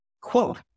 Quote